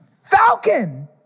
Falcon